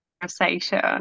conversation